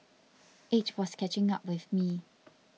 age was catching up with me